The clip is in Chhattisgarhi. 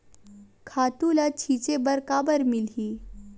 खातु ल छिंचे बर काबर मिलही?